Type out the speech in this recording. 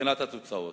מבחינת התוצאות.